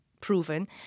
proven